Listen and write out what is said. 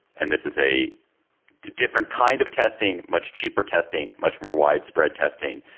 and this is a different kind of testing, much cheaper testing, much more widespread testing,